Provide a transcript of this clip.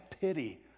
pity